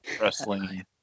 wrestling